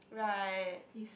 right